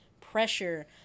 pressure